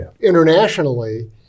Internationally